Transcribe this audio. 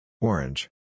Orange